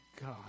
God